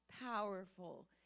powerful